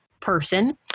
person